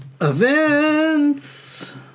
Events